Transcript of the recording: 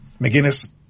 McGinnis